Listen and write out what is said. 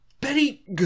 Betty